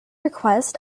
request